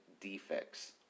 defects